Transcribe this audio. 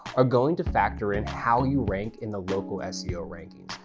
are going to factor in how you rank in the local seo ranking.